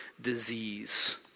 disease